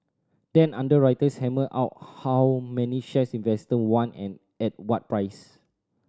then underwriters hammer out how many shares investor want and at what price